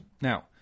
Now